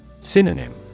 Synonym